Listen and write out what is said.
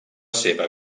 seva